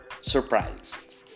surprised